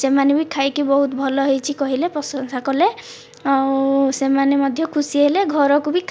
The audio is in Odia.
ସେମାନେ ବି ଖାଇକି ବହୁତ ଭଲ ହୋଇଛି କହିଲେ ପ୍ରଶଂସା କଲେ ଆଉ ସେମାନେ ମଧ୍ୟ ଖୁସି ହେଲେ ଘରକୁ ବି